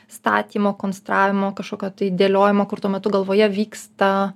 statymo konstravimo kažkokio tai dėliojimo kur tuo metu galvoje vyksta